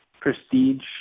prestige